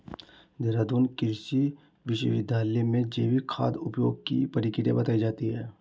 देहरादून कृषि विश्वविद्यालय में जैविक खाद उपयोग की प्रक्रिया बताई जाती है